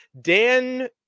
Dan